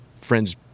friends